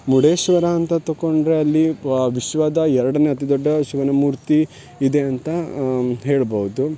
ಮುರ್ಡೇಶ್ವರ ಅಂತ ತಕೊಂಡರೆ ಅಲ್ಲಿ ಪ ವಿಶ್ವದ ಎರಡನೇ ಅತಿ ದೊಡ್ಡ ಶಿವನ ಮೂರ್ತಿ ಇದೆ ಅಂತ ಹೇಳ್ಬೌದು